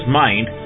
mind